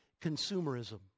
Consumerism